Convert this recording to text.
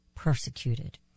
persecuted